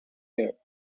year